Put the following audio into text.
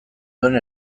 duen